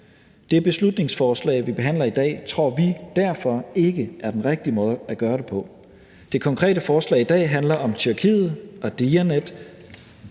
Det beslutningsforslag, vi behandler i dag, tror vi derfor ikke er den rigtige måde at gøre det på. Det konkrete forslag i dag handler om Tyrkiet og Diyanet.